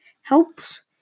helps